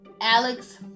Alex